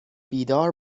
بیدار